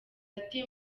ati